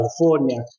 California